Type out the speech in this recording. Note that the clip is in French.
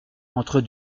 entre